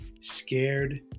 scared